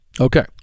Okay